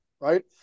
right